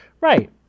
Right